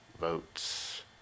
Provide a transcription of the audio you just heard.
votes